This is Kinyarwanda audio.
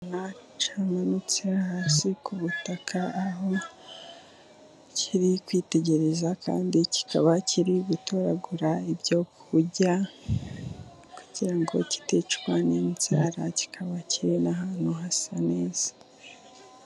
Cyamanutse hasi ku butaka, aho kiri kwitegereza, kandi kikaba kiri gutoragura ibyo kurya, kugira ngo kiticwa n'inzara, kikaba kiri ahantu hasa neza.